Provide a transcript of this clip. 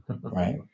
right